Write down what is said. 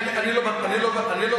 אני לא בטוח.